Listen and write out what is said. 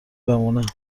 بمونم